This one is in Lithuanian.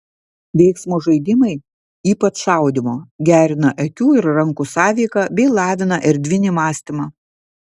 veiksmo žaidimai ypač šaudymo gerina akių ir rankų sąveiką bei lavina erdvinį mąstymą